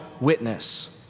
witness